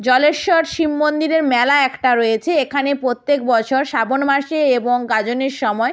জলেশ্বর শিব মন্দিরের মেলা একটা রয়েছে এখানে প্রত্যেক বছর শ্রাবন মাসে এবং গাজনের সময়